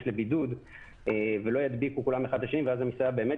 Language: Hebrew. לבידוד שלא ידביקו כולם האחד את השני ואז המסעדה באמת